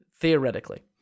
theoretically